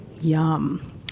Yum